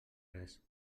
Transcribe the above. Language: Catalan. res